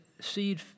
seed